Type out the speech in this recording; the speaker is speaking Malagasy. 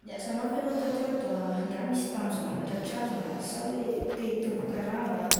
Niasa mafy ianao tato ho ato ah, nga misy tanjona hafa tratrarina sa hoe te hitombo karama ah,